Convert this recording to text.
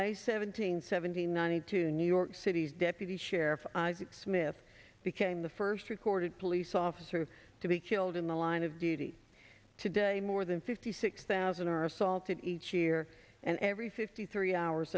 may seventeenth seven hundred ninety two new york city's deputy sheriff smith became the first recorded police officer to be killed in the line of duty today more than fifty six thousand are assaulted each year and every fifty three hours